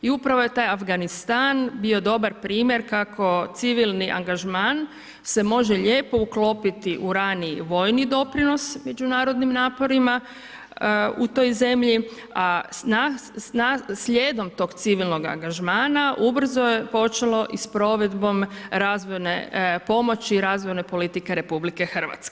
I upravo je taj Afganistan bio dobar primjer kako civilni angažman se može lijepo uklopiti u rani vojni doprinos međunarodnim naporima u toj zemlji, a slijedom tog civilnog angažmana ubrzo je počelo i s provedbom razvojne pomoći, razvojne politike RH.